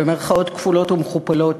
במירכאות כפולות ומכופלות,